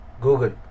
Google